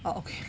orh okay